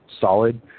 solid